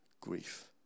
grief